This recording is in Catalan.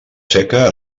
seca